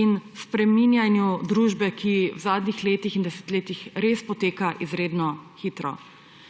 in spreminjanju družbe, ki v zadnjih letih in desetletjih res poteka izredno hitro.